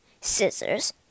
scissors